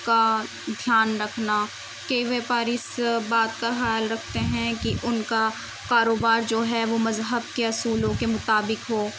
کا دھیان رکھنا کہ ویپاری اس بات کا خیال رکھتے ہیں کہ ان کا کاروبار جو ہے وہ مذہب کے اصولوں کے مطابق ہو